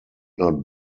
not